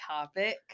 topic